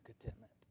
contentment